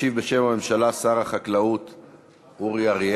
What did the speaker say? אז אני אענה להם עכשיו, אם הם ויתרו.